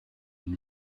and